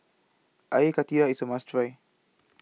Air Karthira IS A must Try